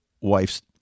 wife's